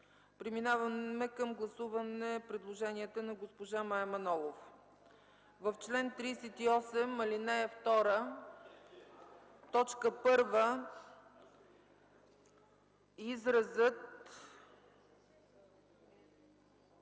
Преминаваме към гласуване предложенията на госпожа Мая Манолова. В чл. 38, ал. 2, т. 1 изразът